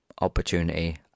Opportunity